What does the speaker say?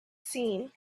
seen